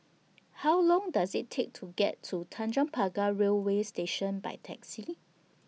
How Long Does IT Take to get to Tanjong Pagar Railway Station By Taxi